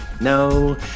No